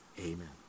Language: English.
amen